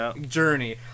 journey